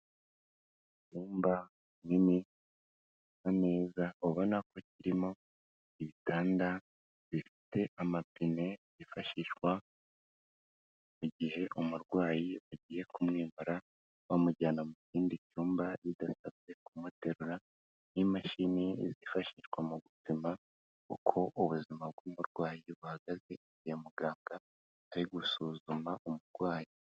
Icyumba kinini gisa neza, ubona ko kirimo ibitanda bifite amapine yifashishwa mu gihe umurwayi bagiye kumwimura bamujyana mu kindi cyumba, bidasabye kumuterura, n'imashini zifashishwa mu gupima uko ubuzima bw'umurwayi buhagaze, ya muganga ari gusuzuma umurwayi.